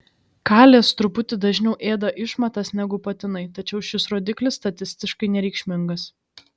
kalės truputį dažniau ėda išmatas negu patinai tačiau šis rodiklis statistiškai nereikšmingas